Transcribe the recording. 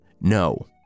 No